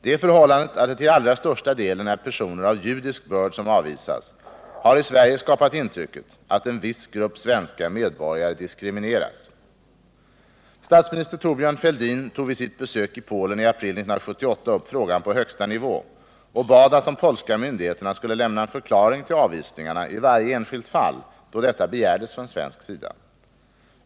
Det förhållandet att det till allra största delen är personer av judisk börd som avvisas har i Sverige skapat intrycket att en viss 9” Dåvarande statsministern Thorbjörn Fälldin tog vid sitt besök i Polen i april 1978 upp frågan på högsta nivå och bad att de polska myndigheterna skulle lämna en förklaring till avvisningarna i varje enskilt fall då detta begärdes från svensk sida.